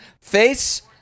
face